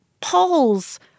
polls